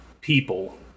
people